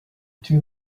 two